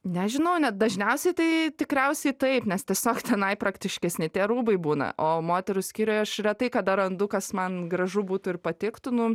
nežinau net dažniausiai tai tikriausiai taip nes tiesiog tenai praktiškesni tie rūbai būna o moterų skyriuje aš retai kada randu kas man gražu būtų ir patiktų nu